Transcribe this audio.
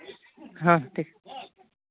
ᱦᱮᱸ ᱴᱷᱤᱠ